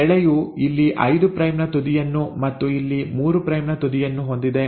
ಈ ಎಳೆಯು ಇಲ್ಲಿ 5 ಪ್ರೈಮ್ ನ ತುದಿಯನ್ನು ಮತ್ತು ಇಲ್ಲಿ 3 ಪ್ರೈಮ್ ನ ತುದಿಯನ್ನು ಹೊಂದಿದೆ